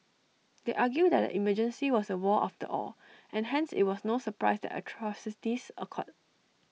they argue that the emergency was A war after all and hence IT was no surprise atrocities occurred